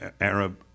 Arab